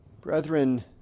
Brethren